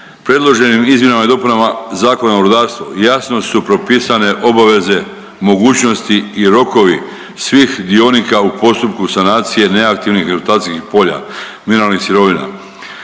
Predloženim izmjenama i dopunama Zakona o rudarstvu jasno su propisane obaveze, mogućnosti i rokovi svih dionika u postupku sanacije neaktivnih eksploatacijskih polja, mineralnih sirovina.